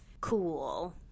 cool